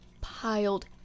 piled